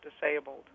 disabled